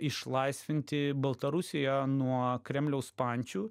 išlaisvinti baltarusiją nuo kremliaus pančių